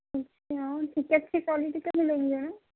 اچھا اور ٹکٹ کے کوالٹی کب ملیں گے یہاں